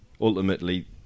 ultimately